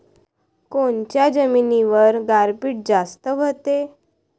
कोनच्या जमिनीवर गारपीट जास्त व्हते?